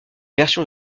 versions